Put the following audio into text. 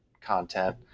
content